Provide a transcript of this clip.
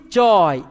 joy